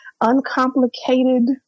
uncomplicated